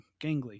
gangly